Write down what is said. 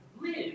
live